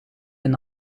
een